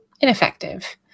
ineffective